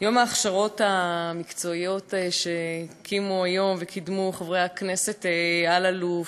יום ההכשרות המקצועיות שהקימו וקידמו היום חברי הכנסת אלאלוף,